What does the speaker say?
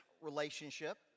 relationship